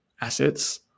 assets